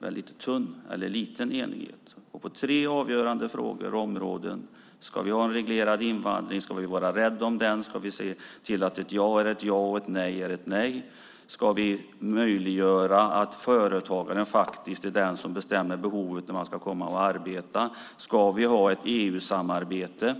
enigheten var liten. Det handlar om tre avgörande områden. Ska vi ha en reglerad invandring, vara rädda om den och se till att ett ja är ett ja och ett nej är ett nej? Ska vi möjliggöra för företagarna att faktiskt vara de som avgör behovet, alltså när någon ska komma och arbeta? Ska vi ha ett EU-samarbete?